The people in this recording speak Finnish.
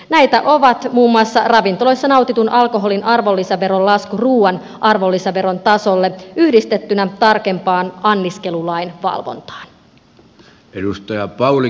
näitä ovat muun muassa ravintoloissa nautitun alkoholin arvonlisäveron lasku ruuan arvonlisäveron tasolle yhdistettynä tarkempaan anniskelulain valvontaan